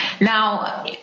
Now